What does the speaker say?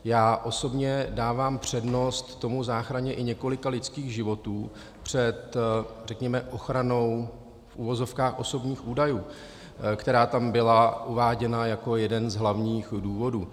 Já osobně dávám přednost záchraně i několika lidských životů před, řekněme, ochranou v uvozovkách osobních údajů, která tam byla uváděna jako jeden z hlavních důvodů.